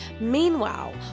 Meanwhile